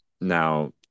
Now